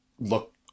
look